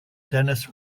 dennis